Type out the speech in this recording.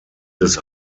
des